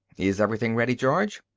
is everything ready, george?